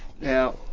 Now